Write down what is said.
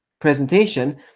presentation